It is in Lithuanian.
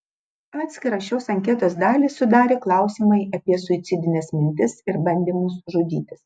atskirą šios anketos dalį sudarė klausimai apie suicidines mintis ir bandymus žudytis